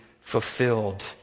fulfilled